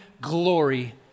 glory